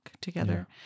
together